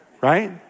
right